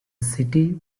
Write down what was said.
city